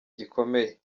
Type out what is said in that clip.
gikomeye